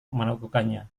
melakukannya